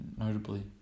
notably